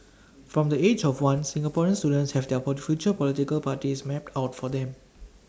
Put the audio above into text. from the age of one Singaporean students have their port future political parties mapped out for them